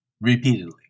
Repeatedly